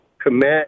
commit